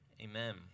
Amen